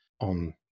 on